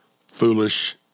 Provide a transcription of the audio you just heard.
foolish